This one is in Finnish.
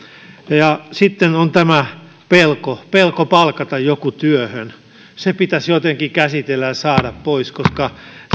sitten on tämä pelko pelko palkata joku työhön se pitäisi jotenkin käsitellä ja saada pois koska